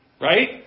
right